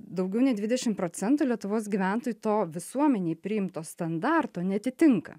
daugiau nei dvidešim procentų lietuvos gyventojų to visuomenėj priimto standarto neatitinka